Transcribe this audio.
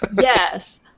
Yes